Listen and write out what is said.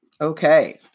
Okay